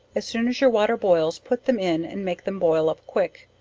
as soon as your water boils put them in and make them boil up quick,